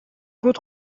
فود